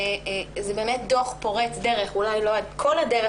זה דוח פורץ דרך אולי לא את כל הדרך